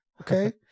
okay